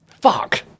Fuck